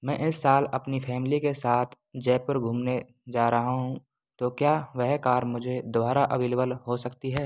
मैं इस साल अपनी फैमिली के साथ जयपुर घूमने जा रहा हूँ तो क्या वह कार मुझे दोबारा अवेलेवल हो सकती है